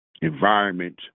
environment